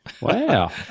Wow